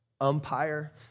umpire